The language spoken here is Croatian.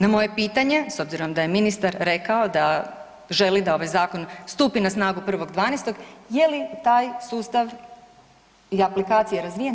Na moje pitanje s obzirom da je ministar rekao da želi da ovaj zakon stupi na snagu 1.12. je li taj sustav i aplikacija razvijen?